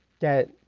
get